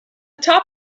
top